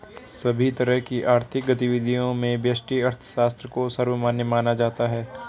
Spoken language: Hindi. सभी तरह की आर्थिक गतिविधियों में व्यष्टि अर्थशास्त्र को सर्वमान्य माना जाता है